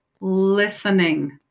listening